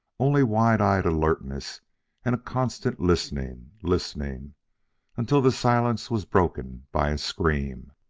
only wide-eyed alertness and a constant listening, listening until the silence was broken by a scream